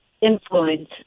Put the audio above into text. influence